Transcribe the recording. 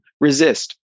resist